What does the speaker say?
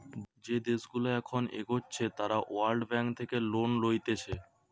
যে দেশগুলা এখন এগোচ্ছে তারা ওয়ার্ল্ড ব্যাঙ্ক থেকে লোন লইতেছে